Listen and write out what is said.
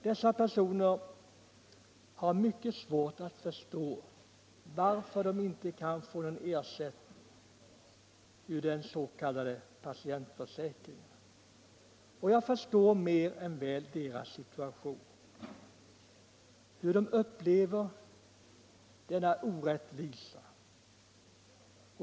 Dessa personer har mycket svårt att inse varför de inte kan få någon ersättning ur den s.k. patientförsäkringen. Och jag förstår mer än väl deras situation — hur de upplever denna orättvisa.